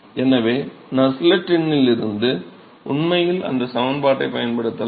எனவே நஸ்லெட் எண்ணிலிருந்து நாம் உண்மையில் அந்த சமன்பாட்டைப் பயன்படுத்தலாம்